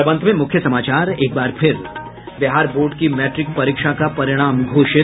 और अब अंत में मुख्य समाचार एक बार फिर बिहार बोर्ड की मैट्रिक परीक्षा का परिणाम घोषित